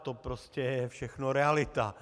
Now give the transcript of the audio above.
To prostě je všechno realita.